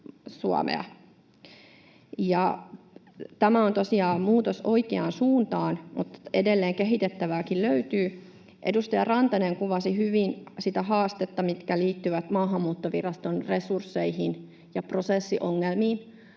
Tämä on tosiaan muutos oikeaan suuntaan, mutta edelleen kehitettävääkin löytyy. Edustaja Rantanen kuvasi hyvin niitä haasteita, mitkä liittyvät Maahanmuuttoviraston resursseihin ja prosessiongelmiin.